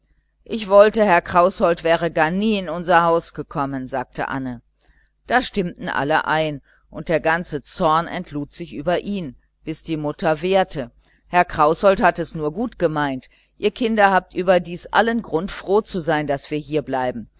ich wollte herr kraußold wäre gar nie in unser haus gekommen sagte anne da stimmten alle ein und der ganze zorn entlud sich über ihn bis die mutter wehrte herr kraußold hat es nur gut gemeint ihr kinder habt überdies allen grund froh zu sein daß wir hier bleiben